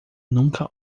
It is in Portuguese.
nunca